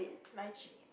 lychee